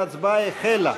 ההצבעה החלה.